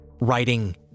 writing